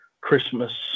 Christmas